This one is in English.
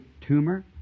Tumor